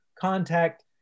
contact